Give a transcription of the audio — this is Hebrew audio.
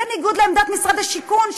בניגוד לעמדת משרד השיכון,